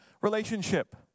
relationship